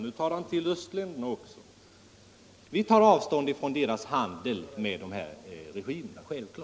Nu drar han in östländerna också. Vi tar självfallet avstånd från deras handel med de här regimerna.